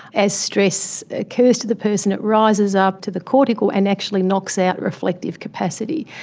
as stress occurs to the person it rises up to the cortical and actually knocks out reflective capacity.